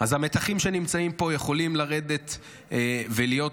אז המתחים שנמצאים פה יכולים לרדת ולהיות